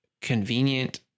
convenient